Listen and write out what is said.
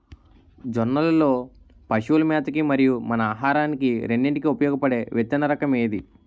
జొన్నలు లో పశువుల మేత కి మరియు మన ఆహారానికి రెండింటికి ఉపయోగపడే విత్తన రకం ఏది?